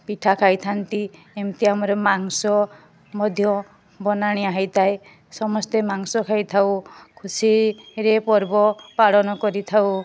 ପିଠା ଖାଇଥାନ୍ତି ଏମିତି ଆମର ମାଂସ ମଧ୍ୟ ବନାଣିଆ ହୋଇଥାଏ ସମସ୍ତେ ମାଂସ ଖାଇଥାଉ ଖୁସିରେ ପର୍ବ ପାଳନ କରିଥାଉ